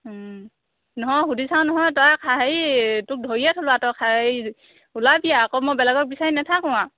নহয় সুধি চাওঁ নহয় তই হেৰি তোক ধৰিয়ে থলোঁ আৰু তই হেৰি ওলাবি আৰু আকৌ মই বেলেগক বিচাৰি নাথাকো আৰু